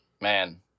Man